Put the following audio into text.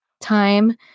time